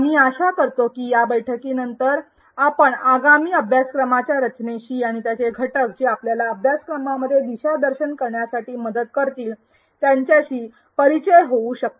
आम्ही आशा करतो की या बैठकीनंतर आपण आगामी अभ्यासक्रमाच्या रचनेशी आणि त्याचे घटक जे आपल्याला अभ्यासक्रमामध्ये दिशा दर्शन करण्यात मदत करतील त्यांच्याशी परिचित होऊ शकता